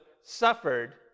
suffered